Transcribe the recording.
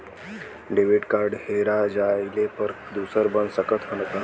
Debit card हेरा जइले पर दूसर बन सकत ह का?